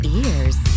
ears